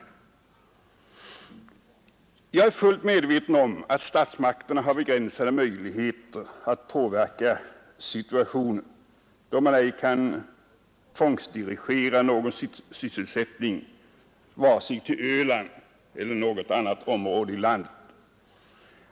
Jag är fullt medveten om att statsmakterna har begränsade möjligheter att påverka situationen, då man ej kan tvångsdirigera någon sysselsättning vare sig till Öland eller något annat område i landet.